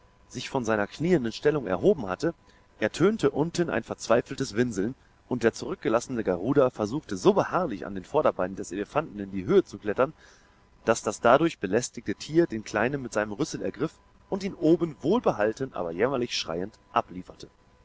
sich von seiner knieenden stellung erhoben hatte ertönte unten ein verzweifeltes winseln und der zurückgelassene garuda versuchte so beharrlich an dem vorderbein des elefanten in die höhe zu klettern daß das dadurch belästigte tier den kleinen mit seinem rüssel ergriff und ihn oben wohlbehalten aber jämmerlich schreiend ablieferte